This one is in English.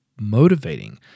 motivating